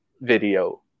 video